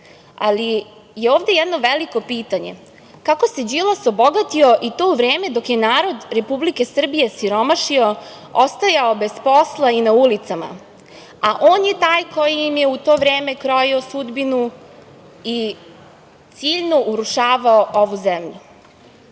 ali je ovde jedno veliko pitanje kako se Đilas obogatio i to u vreme kada je narod Republike Srbije siromašio, ostajao bez posla i na ulicama, a on je taj koji im je u to vreme krojio sudbinu i ciljno urušavao ovu zemlju. Građani